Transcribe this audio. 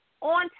on